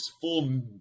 full